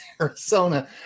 Arizona